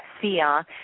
fear